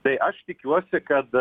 tai aš tikiuosi kad